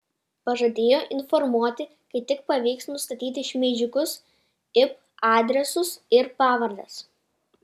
pažadėjo informuoti kai tik pavyks nustatyti šmeižikų ip adresus ir pavardes